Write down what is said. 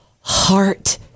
heart